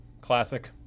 classic